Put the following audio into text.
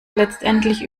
letztendlich